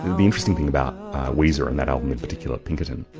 the interesting thing about weezer and that album in particular, pinkerton,